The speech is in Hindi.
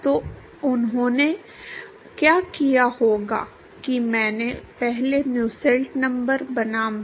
तो उन्होंने क्या किया होगा कि मैंने पहले नुसेल्ट नंबर बनाम रेनॉल्ड्स नंबर का प्लॉट बनाया होगा